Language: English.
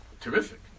terrific